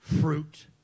fruit